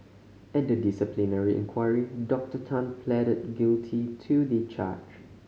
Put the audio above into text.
at the disciplinary inquiry Doctor Tan pleaded guilty to the charge